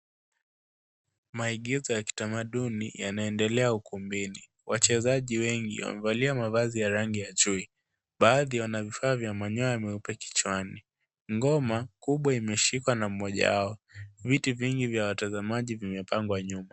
Maigizo ya kitamaduni yanaendelea ukumbini. Wachezaji wengi wamevalia mavazi ya rangi ya chui. Baadhi wana vifaa vya manyoya meupe kichwani. Ngoma kubwa imeshikwa na mmoja wao. Viti vingi vya watazamaji vimepangwa nyuma.